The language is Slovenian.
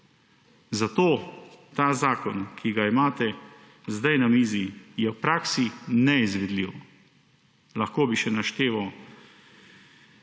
Zato ta zakon, ki ga imate zdaj na mizi, je v praksi neizvedljiv. Lahko bi še našteval,